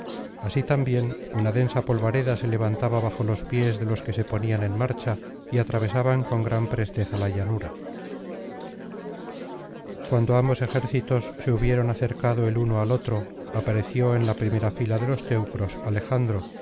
así también una densa polvareda se levantaba bajo los pies de los que se ponían en marcha y atravesaban con gran presteza la llanura cuando ambos ejércitos se hubieron acercado el uno al otro apareció en la primera fila de los teucros alejandro